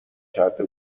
کرده